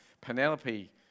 Penelope